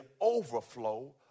overflow